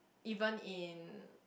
even in